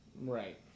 Right